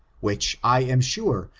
which, i am sure,